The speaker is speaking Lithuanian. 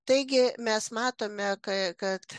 taigi mes matome ka kad